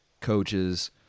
coaches